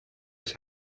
was